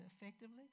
effectively